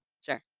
Sure